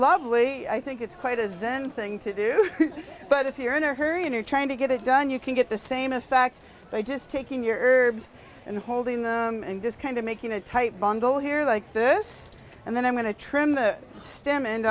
lovely i think it's quite as anything to do but if you're in a hurry and you're trying to get it done you can get the same a fact by just taking your herbs and holding them and just kind of making a tight bungle here like this and then i'm going to trim the stem and